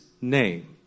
name